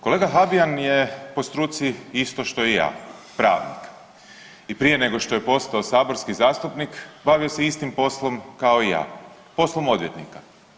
Kolega Habijan je po struci isto što i ja pravnik i prije nego što je postao saborski zastupnik bavio se istim poslom kao i ja, poslom odvjetnika.